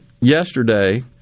yesterday